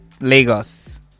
lagos